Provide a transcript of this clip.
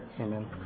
Amen